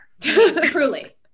truly